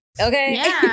Okay